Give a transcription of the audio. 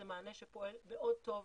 זה מענה שפועל מאוד טוב,